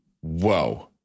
whoa